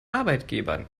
arbeitgebern